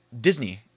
Disney